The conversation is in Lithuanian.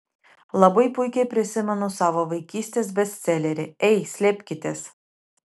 labai puikiai prisimenu savo vaikystės bestselerį ei slėpkitės